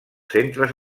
centres